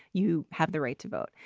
you have the right to vote.